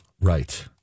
Right